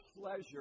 pleasure